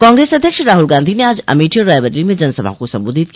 कांग्रेस अध्यक्ष राहुल गांधी ने आज अमेठी और रायबरेली में जनसभाओं को संबोधित किया